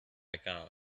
account